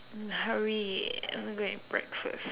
hurry I want to go eat breakfast